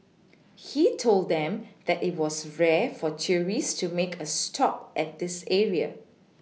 he told them that it was rare for tourists to make a stop at this area